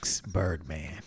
Birdman